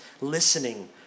listening